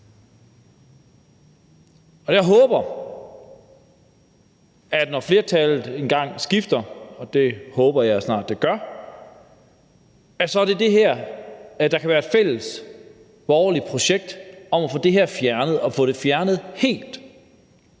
Jeg håber, at når flertallet engang skifter, og det håber jeg snart at det gør, kan det være et fælles borgerligt projekt at få den her skat fjernet og få den fjernet helt,